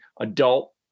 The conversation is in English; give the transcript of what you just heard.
adult